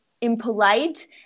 impolite